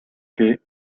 que